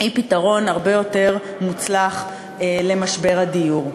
הם פתרון הרבה יותר מוצלח למשבר הדיור.